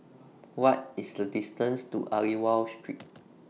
What IS The distance to Aliwal Street